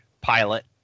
pilot